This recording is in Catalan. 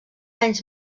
anys